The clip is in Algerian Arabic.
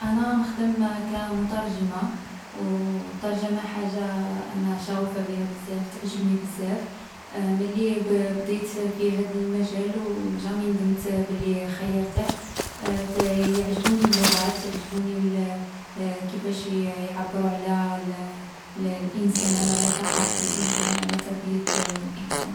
﻿انا نخدم كمترجمة، و الترجمة حاجة أنا شغوفة بها بزاف تعجبني بزاف. ملي ب-بديت في هاد المجال و وجامي ندمت بلي خيّرته. ت-يعجبوني اللغات، يعجبوني الـ كيفاش ي-يعبرو على ال ال-لانسان و على ثقافة الانسان و على تربية الانسان.